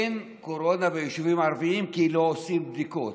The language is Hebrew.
אין קורונה ביישובים הערביים כי לא עושים בדיקות.